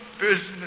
business